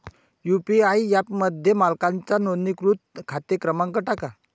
UPI ॲपमध्ये मालकाचा नोंदणीकृत खाते क्रमांक टाका